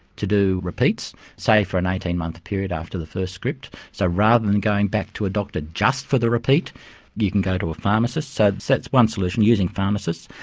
to do repeats, say for an eighteen month period after the first script. so rather than going back to a doctor just for the repeat you can go to a pharmacist. so so that's one solution, using pharmacists.